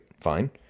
fine